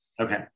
Okay